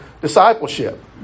discipleship